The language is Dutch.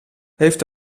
heeft